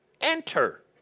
enter